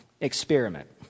experiment